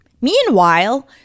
meanwhile